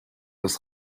das